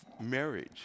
Marriage